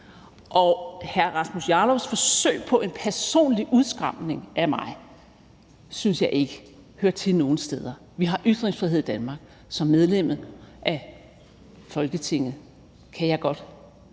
Hr. Rasmus Jarlovs forsøg på en personlig udskamning af mig synes jeg ikke hører til nogen steder. Vi har ytringsfrihed i Danmark. Som medlem af Folketinget kan jeg godt